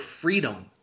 freedom